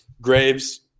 Graves